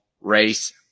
race